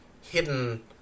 hidden